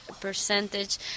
Percentage